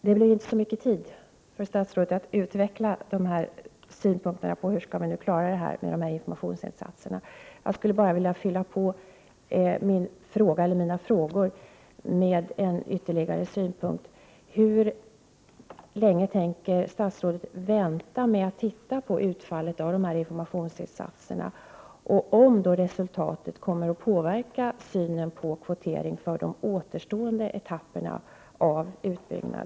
Statsrådet kommer ju inte att ha så mycket tid till att utveckla synpunkter på hur vi skall klara detta med informationsinsatserna, men jag vill komplettera mina frågor med en ytterligare synpunkt. Hur länge tror statsrådet att man kommer vänta med att titta på utfallet av de här informationsinsatserna, och kommer resultatet att påverka synen på kvotering när det gäller de återstående etapperna av utbyggnaden?